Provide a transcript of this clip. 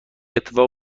اتفاق